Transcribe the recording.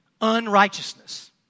Unrighteousness